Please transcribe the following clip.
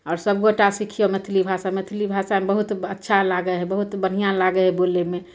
आओर सभगोटा सिखिऔ मैथिली भाषा मैथिली भाषामे बहुत अच्छा लागै हइ बहुत बढ़िआँ लागै हइ बोलैमे